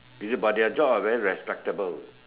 is it but their job is very respectable